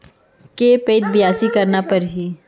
के पइत बियासी करना परहि?